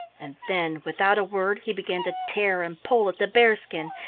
and then without a word he began to tear and pull at the bear-skin.